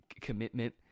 commitment